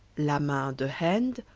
le main de hand,